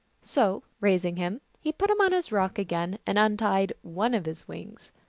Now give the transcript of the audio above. so, raising him, he put him on his rock again, and untied one of his wings.